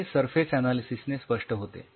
हे surface analysis ने स्पष्ट होते